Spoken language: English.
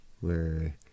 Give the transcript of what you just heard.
where-